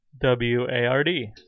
W-A-R-D